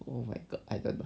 oh my god I don't know